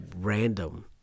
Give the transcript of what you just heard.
random